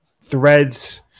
threads